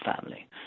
family